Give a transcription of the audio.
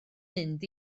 mynd